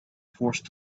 forced